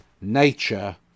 nature